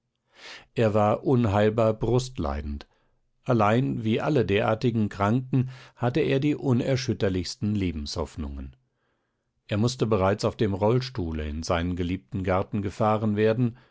er war unheilbar brustleidend allein wie alle derartigen kranken hatte er die unerschütterlichsten lebenshoffnungen er mußte bereits auf dem rollstuhle in seinen geliebten garten gefahren werden